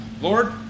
Lord